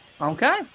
Okay